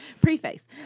Preface